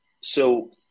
so-